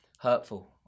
hurtful